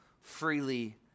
freely